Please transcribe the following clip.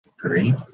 three